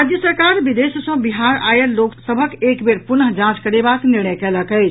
राज्य सरकार विदेश सँ बिहार आयल लोक सभक एक बेर पुनः जांच करेबाक निर्णय कयलक अछि